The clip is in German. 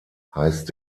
heißt